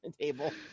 table